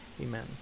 Amen